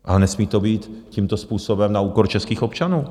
Ale nesmí to být tímto způsobem na úkor českých občanů.